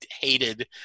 hated